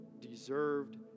deserved